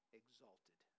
exalted